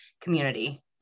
community